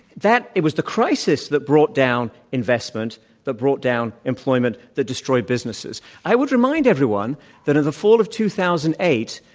that it was the crisis that brought down investment that brought down employment, that destroyed businesses. i would remind everyone that in the fall of two thousand and eight,